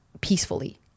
peacefully